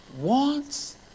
wants